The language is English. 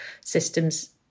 systems